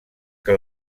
que